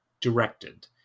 directed